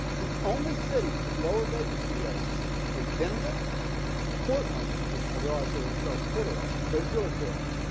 the only cities with lower vacancy rates are denver portland which i realize are spelled portaland, but it's really portland,